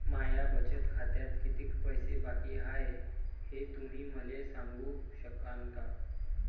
माया बचत खात्यात कितीक पैसे बाकी हाय, हे तुम्ही मले सांगू सकानं का?